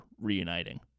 reuniting